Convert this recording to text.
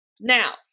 Now